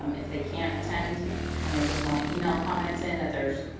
um if they can't attend and they just want to email comments in that there's